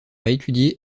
étudié